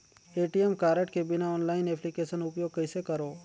ATM card के बिना online application उपयोग कइसे करो?